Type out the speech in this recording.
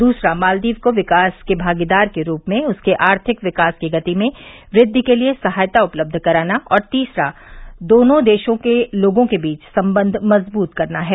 दूसरा मालदीव को विकास में भागीदार के रूप में उसके आर्थिक विकास की गति में वृद्वि के लिए सहायता उपलब्ध कराना और तीसरा दोनों देशों के लोगों के बीच संबंध मजबूत करना है